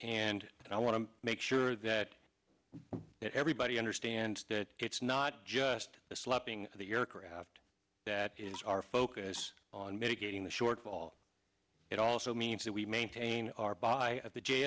and i want to make sure that everybody understand that it's not just the slapping of the aircraft that is our focus on mitigating the shortfall it also means that we maintain our by the